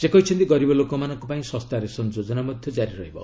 ସେ କହିଛନ୍ତି ଗରିବ ଲୋକମାନଙ୍କ ପାଇଁ ଶସ୍ତା ରେସନ୍ ଯୋଜନା ମଧ୍ୟ ଜାରି ରହିବ